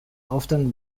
often